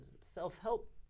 self-help